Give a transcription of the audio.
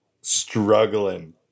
struggling